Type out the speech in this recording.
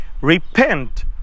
Repent